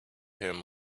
him